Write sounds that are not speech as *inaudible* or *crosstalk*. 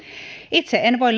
itse en voi *unintelligible*